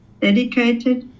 dedicated